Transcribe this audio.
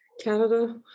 Canada